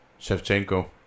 Shevchenko